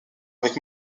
avec